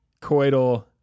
coital